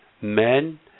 men